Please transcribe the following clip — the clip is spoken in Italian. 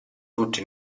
tutti